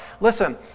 Listen